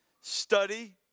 study